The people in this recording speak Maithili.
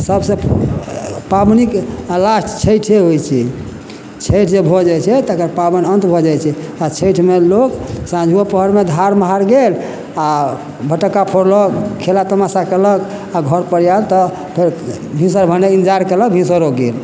सबसे पाबनिक आ लास्ट छठिये होइ छै छठि जे भऽ जाइ छै तकर पाबनि अन्त भऽ जाइ छै आ छठिमे लोक साँझो पहरमे धार महार गेल आ फटक्का फोड़लक खेला तमाशा केलक आ घर पर याल तऽ फेर भिनसर भने इंजार केलक भिनसरो गेल